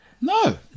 No